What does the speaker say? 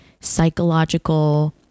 psychological